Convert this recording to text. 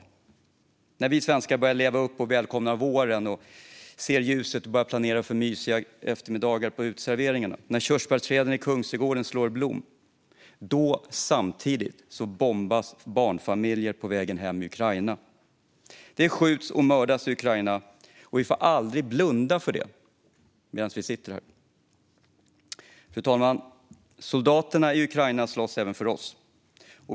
När vi svenskar börjar leva upp och välkomnar våren, när vi ser ljuset och börjar planera för mysiga eftermiddagar på uteserveringarna, när körsbärsträden i Kungsträdgården slår ut i blom - då, samtidigt, bombas barnfamiljer på väg hem i Ukraina. Det skjuts och mördas i Ukraina, och vi får aldrig blunda för det, medan vi sitter här. Fru talman! Soldaterna i Ukraina slåss även för oss.